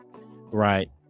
Right